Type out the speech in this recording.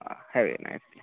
हां have a nice day